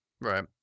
Right